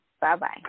Bye-bye